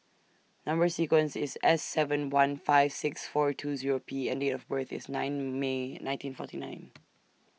Number sequence IS S seven one five six four two Zero P and Date of birth IS nine May nineteen forty nine